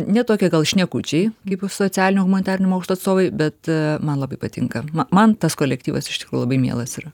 ne tokie gal šnekučiai kaip socialinių humanitarinių mokslų atstovai bet man labai patinka ma man tas kolektyvas iš tikro labai mielas yra